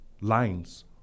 lines